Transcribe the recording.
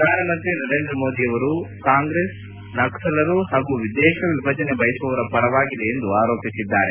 ಪ್ರಧಾನಮಂತ್ರಿ ನರೇಂದ್ರ ಮೋದಿ ಅವರು ಕಾಂಗ್ರೆಸ್ ನಕ್ಷಲರು ಹಾಗೂ ದೇಶ ವಿಭಜನೆ ಬಯಸುವವರ ಪರವಾಗಿದೆ ಎಂದು ಆರೋಪಿಸಿದ್ದಾರೆ